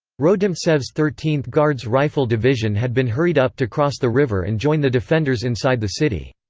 rodimtsev's thirteenth guards rifle division had been hurried up to cross the river and join the defenders inside the city.